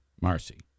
Marcy